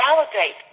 Validate